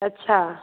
अछा